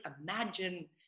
imagine